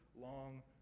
long